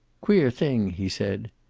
queer thing, he said.